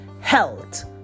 Health